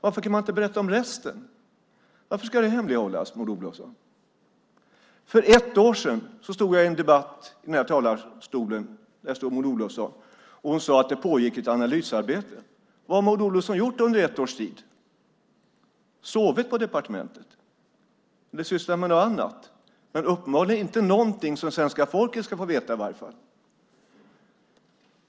Varför kan man inte berätta om resten? Varför ska det hemlighållas, Maud Olofsson? För ett år sedan stod jag i en debatt i den här talarstolen. Där stod också Maud Olofsson. Hon sade att det pågår ett analysarbete. Vad har Maud Olofsson gjort under ett års tid - sovit på departementet? Eller så har hon kanske sysslat med något annat, men uppenbarligen ingenting som svenska folket ska få veta i alla fall.